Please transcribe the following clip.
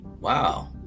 Wow